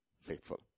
faithful